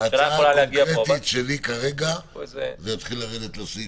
הממשלה יכולה --- ההצעה הקונקרטית שלי כרגע זה להתחיל לרדת לסעיפים.